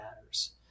matters